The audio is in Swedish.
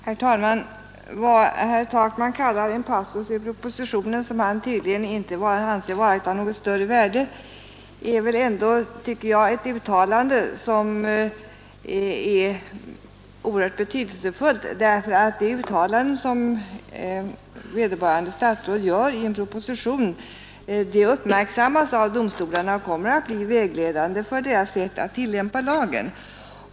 Herr talman! Vad herr Takman kallar en passus i propositionen och som han tydligen inte anser vara av något större värde är väl ändå, tycker jag, ett mycket betydelsefullt uttalande. Ett uttalande som vederbörande statsråd gör i en proposition uppmärksammas nämligen av domstolarna och blir vägledande för deras sätt att tillämpa lagen.